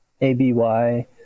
ABY